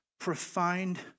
profound